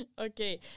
Okay